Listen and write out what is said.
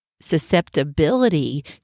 susceptibility